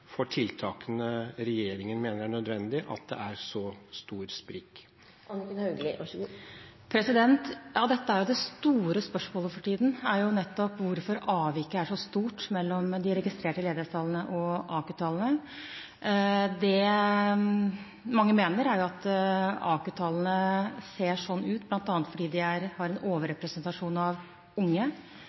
for tiltakene regjeringen mener er nødvendig, at det er så stor sprik? Det store spørsmålet for tiden er nettopp hvorfor avviket er så stort mellom de registrerte ledighetstallene og AKU-tallene. Det mange mener, er at AKU-tallene ser sånn ut bl.a. fordi de har en overrepresentasjon av unge.